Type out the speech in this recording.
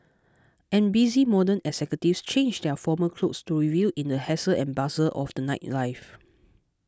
and busy modern executives change their formal clothes to revel in the hustle and bustle of the nightlife